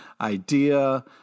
idea